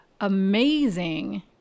amazing